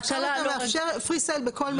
עכשיו אתה מאפשר Presale בכל מדינה.